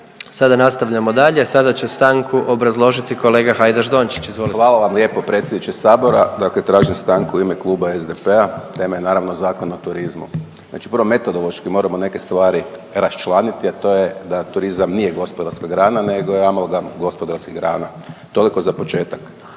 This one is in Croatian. Sada nastavljamo dalje, sada će stanku obrazložiti kolega Hajdaš Dončić, izvolite. **Hajdaš Dončić, Siniša (SDP)** Hvala vam lijepo predsjedniče sabora, dakle tražim stanku u ime Kluba SDP-a, tema je naravno Zakon o turizmu. Znači prvo metodološki moramo neke stvari raščlaniti, a to je da turizam nije gospodarska grana nego je amalgam gospodarskih grana, toliko za početak.